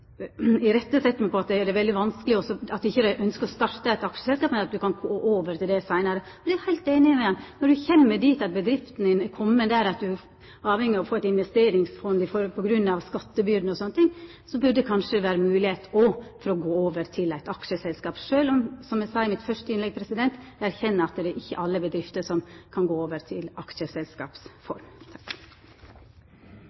ikkje ønskjer å starte eit aksjeselskap, kan gå over til det seinare. Eg er heilt einig med han i at når bedrifta er komen dit at ein er avhengig av å få eit investeringsfond på grunn av skattebyrder og slikt, burde ein kanskje ha moglegheit til å gå over til eit aksjeselskap, sjølv om eg, som eg sa i mitt første innlegg, erkjenner at det ikkje er alle bedrifter som kan gå over til